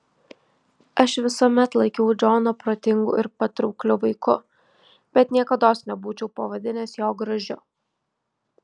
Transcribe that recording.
aš visuomet laikiau džoną protingu ir patraukliu vaiku bet niekados nebūčiau pavadinęs jo gražiu